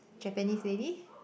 Japanese lady